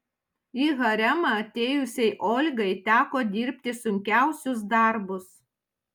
į haremą atėjusiai olgai teko dirbti sunkiausius darbus